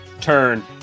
turn